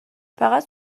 فقط